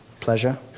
pleasure